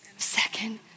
second